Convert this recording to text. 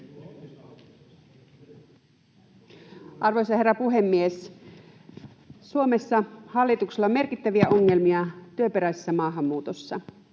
Arvoisa herra puhemies! Hallituksella on Suomessa merkittäviä ongelmia työperäisessä maahanmuutossa.